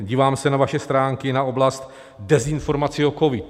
Dívám se na vaše stránky, na oblast dezinformací o covidu.